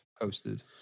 posted